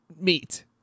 meat